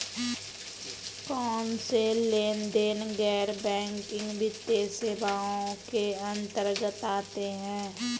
कौनसे लेनदेन गैर बैंकिंग वित्तीय सेवाओं के अंतर्गत आते हैं?